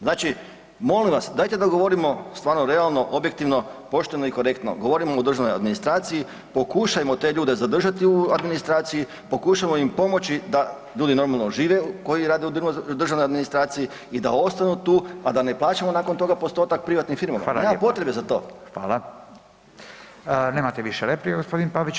Znači, molim vas, dajte da govorimo stvarno realno, objektivno, pošteno i korektno, govorimo o državnoj administraciji, pokušajmo te ljude za držati u administraciji, pokušajmo im pomoći da ljudi normalno žive koji rade u državnoj administraciji i da ostanu tu a da ne plaćamo nakon toga postotak privatnim firmama, nema potrebe za to.